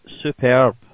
superb